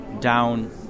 down